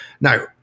Now